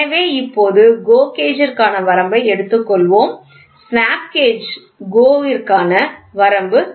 எனவே இப்போது GO gauge ற்கான வரம்பை எடுத்துக்கொள்வோம் ஸ்னாப் கேஜ் GO ற்கான வரம்பு 40